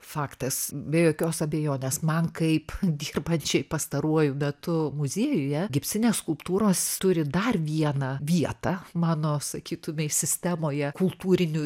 faktas be jokios abejonės man kaip dirbančiai pastaruoju metu muziejuje gipsinės skulptūros turi dar vieną vietą mano sakytumei sistemoje kultūriniu